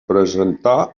presentar